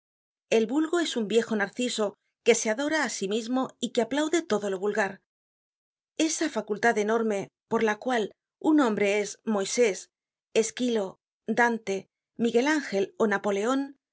el vulgo es un viejo narciso que se adora á sí mismo y que aplaude todo lo vulgar esa facultad enorme polla cual un hombre es moisés esquilo dante miguel angel ó napoleon